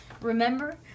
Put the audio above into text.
remember